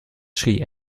schrie